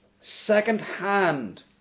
second-hand